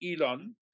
Elon